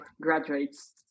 graduates